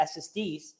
SSDs